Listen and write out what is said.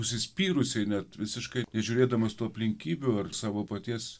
užsispyrusiai net visiškai nežiūrėdamas tų aplinkybių ar savo paties